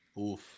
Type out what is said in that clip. Oof